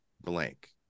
blank